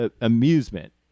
amusement